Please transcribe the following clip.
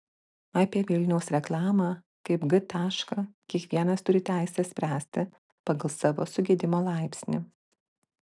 apie vilniaus reklamą kaip g tašką kiekvienas turi teisę spręsti pagal savo sugedimo laipsnį